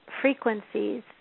frequencies